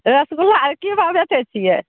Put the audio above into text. रसगुल्ला आर की भाव बेचै छियै